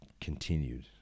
continued